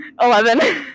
Eleven